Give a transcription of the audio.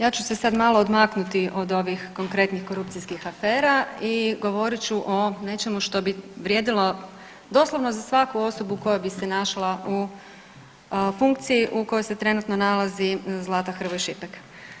Ja ću se sad malo odmaknuti od ovih konkretnih korupcijskih afera i govorit ću o nečemu što bi vrijedilo doslovno za svaku osobu koja bi se našla u funkciji u kojoj se trenutno nalazi Zlata Hrvoj Šipek.